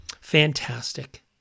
Fantastic